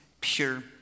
pure